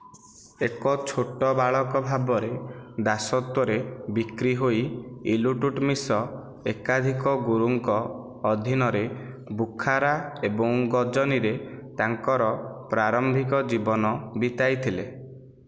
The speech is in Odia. ଏକ ଛୋଟ ବାଳକ ଭାବରେ ଦାସତ୍ୱରେ ବିକ୍ରି ହୋଇ ଇଲଟୁଟମିଶ ଏକାଧିକ ଗୁରୁଙ୍କ ଅଧୀନରେ ବୁଖାରା ଏବଂ ଗଜନିରେ ତାଙ୍କର ପ୍ରାରମ୍ଭିକ ଜୀବନ ବିତାଇଥିଲେ